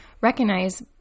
recognize